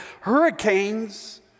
hurricanes